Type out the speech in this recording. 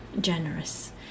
generous